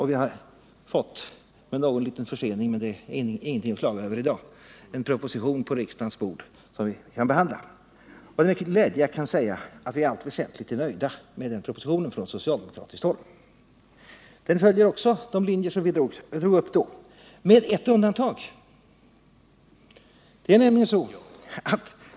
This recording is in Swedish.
Vi har med någon liten försening — men det är ingenting att klaga över i dag — fått en proposition på riksdagens bord som vi kan behandla. Det är med glädje jag kan säga att vi från socialdemokratiskt håll i allt väsentligt är nöjda med den propositionen. Den följer också de linjer som vi drog upp - med ett undantag.